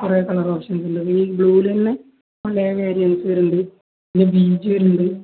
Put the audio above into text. കൊറേ colour options ഇണ്ട് ഈ ബ്ലൂലന്നെ പലേ വേരിയൻസ് വരുണ്ട് പിന്നെ ബീജ വരുണ്ട്